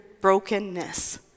brokenness